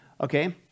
Okay